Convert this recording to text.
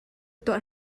tuah